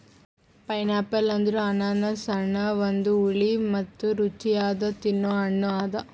pineapple ಅಂದುರ್ ಅನಾನಸ್ ಹಣ್ಣ ಒಂದು ಹುಳಿ ಮತ್ತ ರುಚಿಯಾದ ತಿನ್ನೊ ಹಣ್ಣ ಅದಾ